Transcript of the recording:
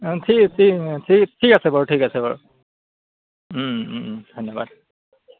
অঁ ঠিক ঠিক ঠিক ঠিক আছে বাৰু ঠিক আছে বাৰু ধন্যবাদ